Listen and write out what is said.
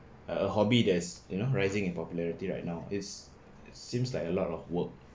a hobby there's you know rising in popularity right now is seems like a lot of work